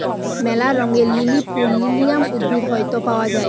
ম্যালা রঙের লিলি ফুল লিলিয়াম উদ্ভিদ হইত পাওয়া যায়